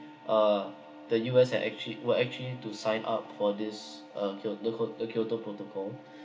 uh the U_S had actually were actually to sign up for this uh kyoto kyoto kyoto protocol